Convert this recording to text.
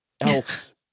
else